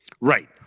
Right